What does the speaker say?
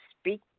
speak